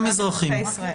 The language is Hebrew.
גם אזרחים.